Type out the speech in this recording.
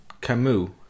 Camus